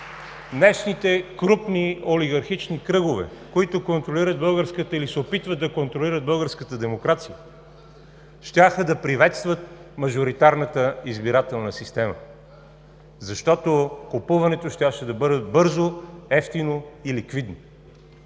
днешните крупни олигархични кръгове, които контролират или се опитват да контролират българската демокрация, щяха да приветстват мажоритарната избирателна система, защото купуването щеше да бъде бързо, евтино и ликвидно.